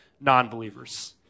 non-believers